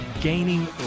gaining